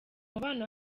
umubano